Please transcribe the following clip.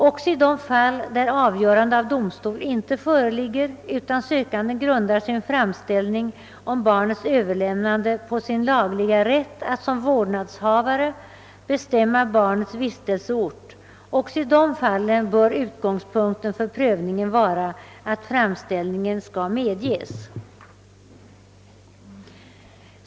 Också i det fall där avgörande av domstol inie föreligger utan sökanden grundar sin framställning om barnets överlämnande på sin lagliga rätt att som vårdnadshavare bestämma barnets vistelseort bör utgångspunkten för prövningen vara att framställningen skall medges.